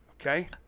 Okay